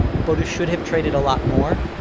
botus should have traded a lot more.